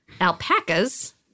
alpacas